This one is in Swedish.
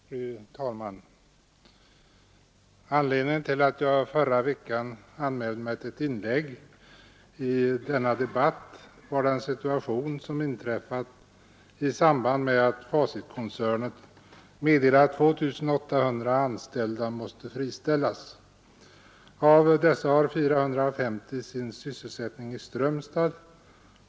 Fru talman! Anledningen till att jag förra veckan anmälde mig till ett inlägg i denna debatt var den situation som inträffat i samband med att Facitkoncernen meddelat, att 2 800 anställda måste friställas. Av dessa har 450 sin sysselsättning i Strömstad.